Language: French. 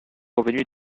revenue